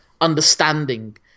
understanding